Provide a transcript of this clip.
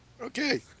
Okay